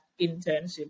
internship